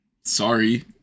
Sorry